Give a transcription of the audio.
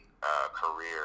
career